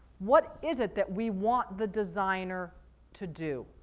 what is it that we want the designer to do?